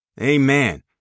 Amen